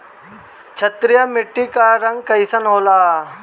क्षारीय मीट्टी क रंग कइसन होला?